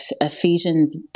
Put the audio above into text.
Ephesians